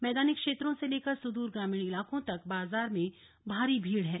मैदानी क्षेत्रों से लेकर सुदूर ग्रामीण इलाकों तक बाजार में भारी भीड़ है